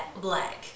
black